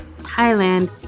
Thailand